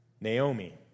Naomi